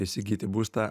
įsigyti būstą